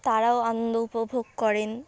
তারাও আনন্দ উপভোগ করেন